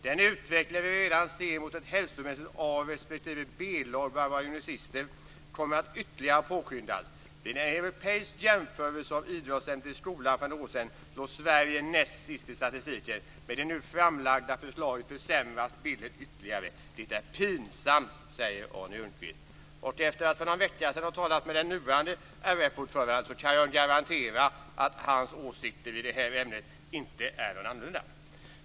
Den utveckling vi redan ser mot ett hälsomässigt a respektive b-lag bland våra gymnasister kommer att ytterligare påskyndas. Vid en europeisk jämförelse av idrottsämnet i skolan för några år sedan låg Sverige näst sist i statistiken. Med det nu framlagda förslaget försämras bilden ytterligare. Det hela är pinsamt, avslutar Arne Ljungqvist." Efter att för någon vecka sedan talat med den nuvarande RF-ordföranden kan jag garantera att hans åsikter i ämnet inte är annorlunda.